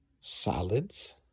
salads